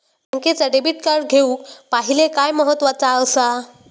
बँकेचा debit card घेउक पाहिले काय महत्वाचा असा?